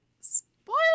Spoiler